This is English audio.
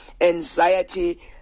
Anxiety